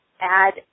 add